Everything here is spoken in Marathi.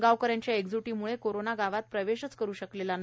गावकऱ्यांच्या एकजुटीमुळे कोरोना गावात प्रवेश करू शकला नाही